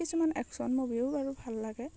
কিছুমান এক্শ্যন মুভিও বাৰু ভাল লাগে